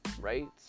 right